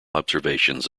observations